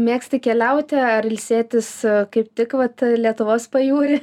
mėgsti keliauti ar ilsėtis kaip tik vat lietuvos pajūry